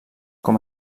com